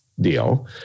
deal